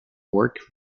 work